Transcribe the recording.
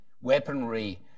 weaponry